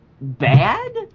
bad